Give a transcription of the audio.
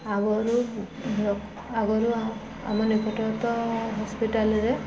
ଆଗରୁ ଆଗରୁ ଆମର ନିକଟସ୍ଥ ହସ୍ପିଟାଲରେ